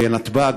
לנתב"ג,